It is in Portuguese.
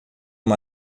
uma